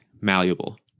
malleable